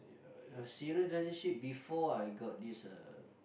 a serious relationship before I got this uh